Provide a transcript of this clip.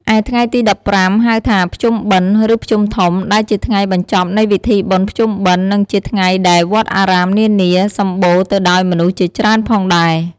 ឯថ្ងៃទី១៥ ហៅថាភ្ជុំបិណ្ឌ ឬភ្ជុំធំ ដែលជាថ្ងៃបញ្ចប់នៃវិធីបុណ្យភ្ជុំបិណ្ឌនិងជាថ្ងៃដែលវត្តអារាមនានា សំម្បូរទៅដោយមនុស្សជាច្រើនផងដែរ ។